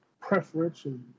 preferentially